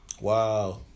Wow